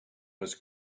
was